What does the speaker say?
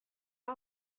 jag